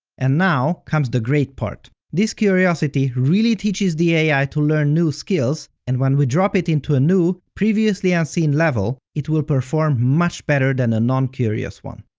and now comes the great part this curiosity really teaches the ai to learn new skills, and when we drop it into a new, previously unseen level, it will perform much better than a non-curious one.